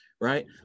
right